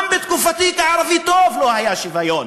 גם בתקופתי כערבי טוב לא היה שוויון.